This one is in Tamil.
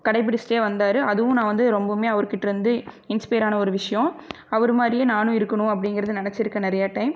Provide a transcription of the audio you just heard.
கடைபிடிச்சிட்டே வந்தார் அதுவும் நான் வந்து ரொம்பவுமே அவர்கிட்டருந்து இன்ஸ்பியர் ஆன ஒரு விஷயம் அவர் மாதிரியே நானும் இருக்கணும் அப்படிங்குறத நினச்சிருக்கேன் நிறையா டைம்